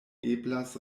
eblas